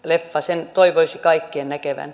sen toivoisi kaikkien näkevän